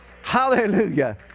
Hallelujah